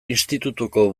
institutuko